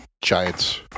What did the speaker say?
Giants